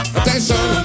attention